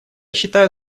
считаю